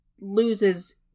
loses